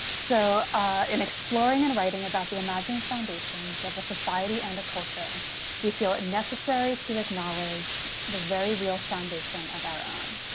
so in exploring and writing about the imagine foundations of the society and the culture we feel it necessary to acknowledge the very real foundation of iran.